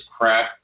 crap